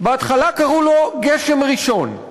בהתחלה קראו לו "גשם ראשון",